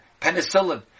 penicillin